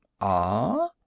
Ah